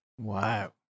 Wow